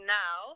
now